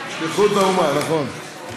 שליחות האומה, נכון.